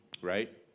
right